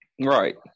Right